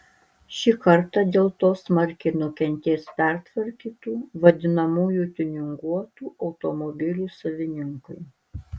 šį kartą dėl to smarkiai nukentės pertvarkytų vadinamųjų tiuninguotų automobilių savininkai